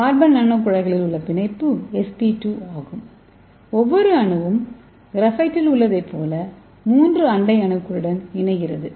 carbon நானோகுழாய்களில் உள்ள பிணைப்பு sp2 ஆகும் ஒவ்வொரு அணுவும் கிராஃபைட்டில் உள்ளதைப் போல 3 அண்டை அணுகளுடன் இணைகிறது